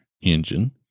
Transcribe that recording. engine